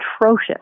atrocious